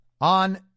on